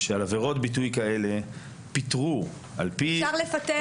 שעל עבירות ביטוי כאלה פיטרו --- אפשר לפטר.